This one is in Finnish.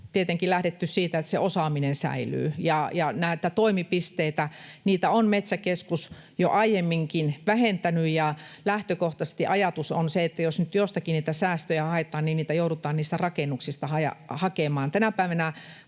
tietenkin lähdetty siitä, että se osaaminen säilyy. Näitä toimipisteitä on Metsäkeskus jo aiemminkin vähentänyt, ja lähtökohtaisesti ajatus on se, että jos nyt jostakin niitä säästöjä haetaan, niin niitä joudutaan niistä rakennuksista hakemaan.